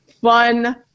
fun